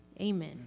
amen